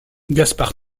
gaspard